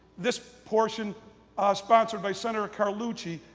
this portion sponsored by senator carlucci,